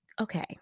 okay